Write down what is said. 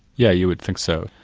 yeah you would think so.